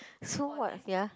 so what ya